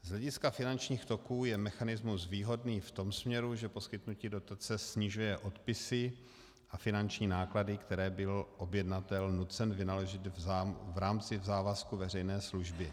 Z hlediska finančních toků je mechanismus výhodný v tom směru, že poskytnutí dotace snižuje odpisy a finanční náklady, které byl objednatel nucen vynaložit v rámci závazku veřejné služby.